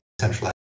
centralized